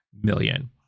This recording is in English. million